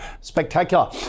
Spectacular